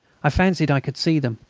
i fancied i could see them,